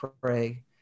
pray